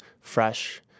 fresh